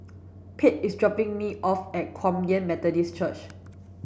Pate is dropping me off at Kum Yan Methodist Church